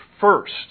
first